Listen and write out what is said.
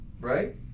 right